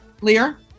Lear